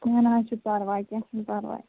کیٚنہہ نہٕ حظ چھُ پَرواے کیٚنہہ چھُنہٕ پَرواے